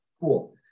cool